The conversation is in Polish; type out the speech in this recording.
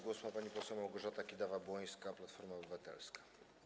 Głos ma pani poseł Małgorzata Kidawa-Błońska, Platforma Obywatelska.